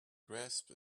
grasped